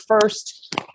first